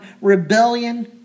rebellion